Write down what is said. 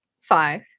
Five